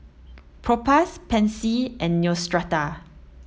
Propass Pansy and Neostrata